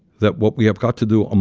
that what we have got to do, um